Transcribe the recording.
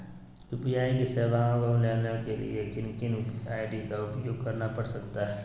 UPI सेवाएं को लाने के लिए किन किन आई.डी का उपयोग करना पड़ सकता है?